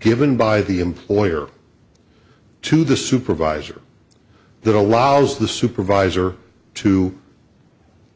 given by the employer to the supervisor that allows the supervisor to